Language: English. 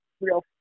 real